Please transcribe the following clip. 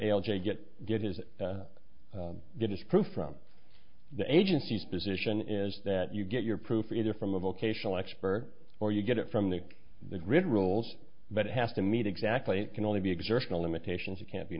dale j get get his get his proof from the agency's position is that you get your proof either from a vocational expert or you get it from the the grid rules but it has to meet exactly can only be exertional limitations you can't be